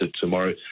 tomorrow